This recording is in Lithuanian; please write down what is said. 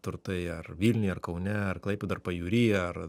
turtai ar vilniuj ar kaune ar klaipėdo ar pajūry ar